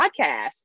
podcast